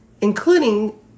including